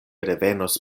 revenos